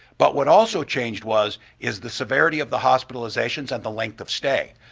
but what also changed was, is the severity of the hospitalizations and the length of stay.